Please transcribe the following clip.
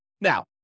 Now